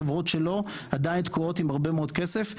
חברות שלא, עדיין תקועות עם הרבה מאוד כסף.